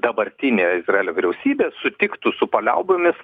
dabartinė izraelio vyriausybė sutiktų su paliaubomis